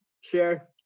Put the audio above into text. share